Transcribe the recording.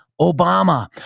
Obama